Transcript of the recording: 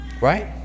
Right